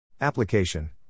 Application